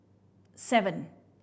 seven